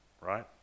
Right